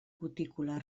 cutícula